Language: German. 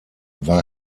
war